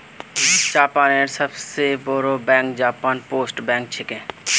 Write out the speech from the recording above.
जापानेर सबस बोरो बैंक जापान पोस्ट बैंक छिके